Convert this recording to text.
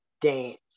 dance